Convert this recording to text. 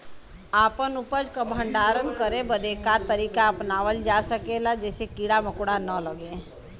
अपना उपज क भंडारन करे बदे का तरीका अपनावल जा जेसे कीड़ा मकोड़ा न लगें?